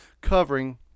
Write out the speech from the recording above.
covering